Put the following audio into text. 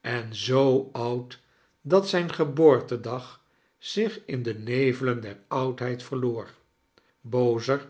en zoo oud dat zijn gefooortedag zich in de nevelen der oudheid verloor bazer